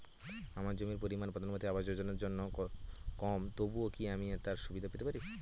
আমার জমির পরিমাণ প্রধানমন্ত্রী আবাস যোজনার জন্য কম তবুও কি আমি তার সুবিধা পেতে পারি?